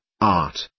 art